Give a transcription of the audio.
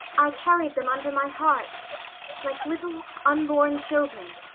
i carried them under my heart like little unborn children.